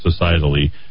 societally